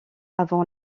avant